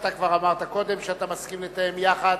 אתה כבר אמרת קודם שאתה מסכים לתאם יחד,